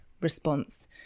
response